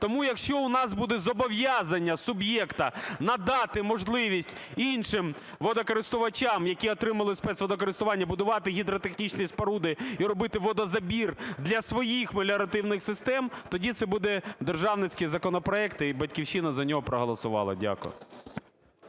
Тому якщо у нас буде зобов'язання суб'єкта надати можливість іншим водокористувачам, які отримали спецводокористування, будувати гідротехнічні споруди і робити водозабір для своїх меліоративних систем, тоді це буде державницький законопроект, і "Батьківщина" за нього проголосувала б. Дякую.